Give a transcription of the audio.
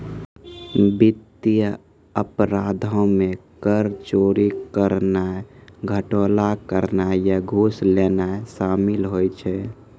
वित्तीय अपराधो मे कर चोरी करनाय, घोटाला करनाय या घूस लेनाय शामिल होय छै